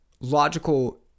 logical